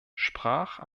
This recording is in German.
sprach